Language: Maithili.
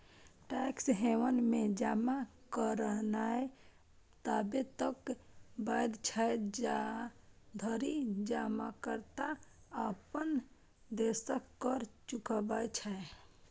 टैक्स हेवन मे जमा करनाय तबे तक वैध छै, जाधरि जमाकर्ता अपन देशक कर चुकबै छै